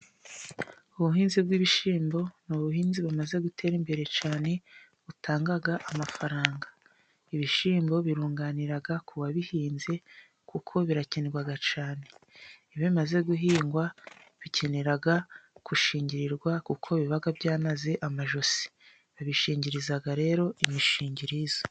Ubuhinzi bw'ibishyimbo ni ubuhinzi bumaze gutera imbere cyane, butanga amafaranga. Ibishyimbo birunganira ku babihinze kuko birakenerwa cyane. Iyo bimaze guhingwa bikenera gushingirirwa kuko biba byanaze amajosi babishingiriza rero imishingirizo.